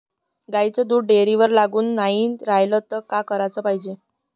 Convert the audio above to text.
गाईचं दूध डेअरीवर लागून नाई रायलं त का कराच पायजे?